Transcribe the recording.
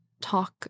talk